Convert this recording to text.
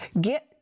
get